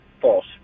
False